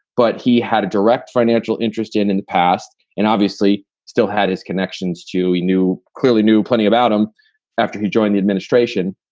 but he had a direct financial interest and in the past and obviously still had his connections to he knew clearly knew plenty about him after he joined the administration.